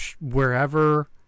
wherever